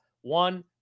one